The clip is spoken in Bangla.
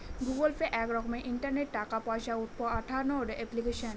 গুগল পে এক রকমের ইন্টারনেটে টাকা পয়সা পাঠানোর এপ্লিকেশন